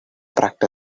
practice